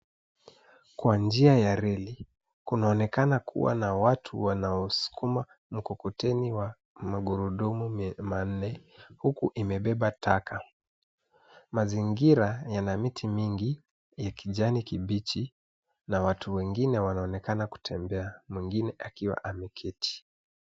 Kwa ya njia reli kunaonekana kuwa na watu wanaosukuma mkokoteni wa magurudumu manne huku imebeba taka. Mazingira yana miti mingi ya kijani kibichi na watu wengine wanaonekana kutembea mwingine akiwa ameketi.